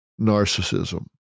narcissism